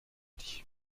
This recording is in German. dich